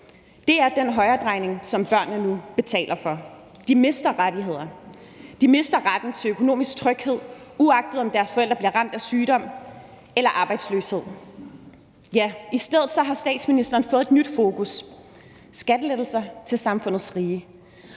Det er den højredrejning, som børnene nu betaler for. De mister rettigheder; de mister retten til økonomisk tryghed, uagtet deres forældre bliver ramt af sygdom eller arbejdsløshed. Ja, i stedet har statsministeren fået et nyt fokus: Skattelettelser til samfundets rige.